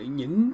những